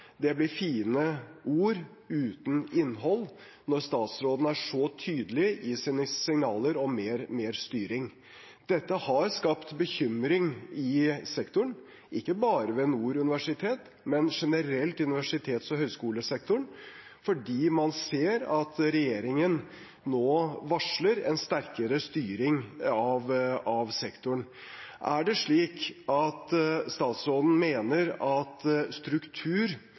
blir fine ord uten innhold når statsråden er så tydelig i sine signaler om mer styring. Dette har skapt bekymring i sektoren, ikke bare ved Nord universitet, men generelt i universitets- og høyskolesektoren, fordi man ser at regjeringen nå varsler en sterkere styring av sektoren. Er det slik at statsråden mener at struktur